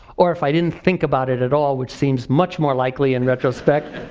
or if i didn't think about it at all, which seems much more likely in retrospect,